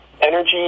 energy